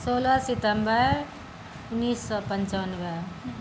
सोलह सितम्बर उनीस सए पंचानवे